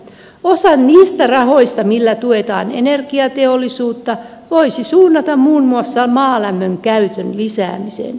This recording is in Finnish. osan niistä rahoista millä tuetaan energiateollisuutta voisi suunnata muun muassa maalämmön käytön lisäämiseen